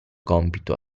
compito